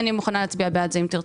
אני מוכנה להצביע בעד זה אם תרצו.